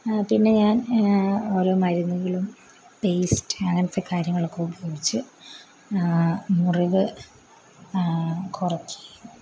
പിന്നെ ഞാൻ ഓരോ മരുന്നുകളും പേയ്സ്റ്റ് അങ്ങനത്തെ കാര്യങ്ങളൊക്കെ ഉപയോഗിച്ച് മുറിവ് കുറയ്ക്കുകയും